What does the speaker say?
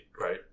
right